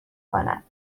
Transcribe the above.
کند